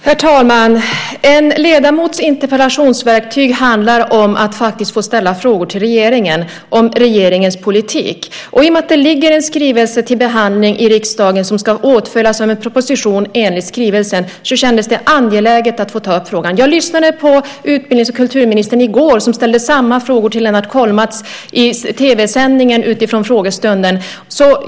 Herr talman! En ledamots interpellationsverktyg handlar om att få ställa frågor till regeringen om dess politik. I och med att det ligger en skrivelse för behandling i riksdagen som ska åtföljas av en proposition enligt skrivelsen så kändes det angeläget att få ta upp frågan. Jag lyssnade på utbildnings och kulturministern i går när han ställde samma frågor till Lennart Kollmats i tv-sändningen från frågestunden.